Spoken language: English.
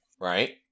right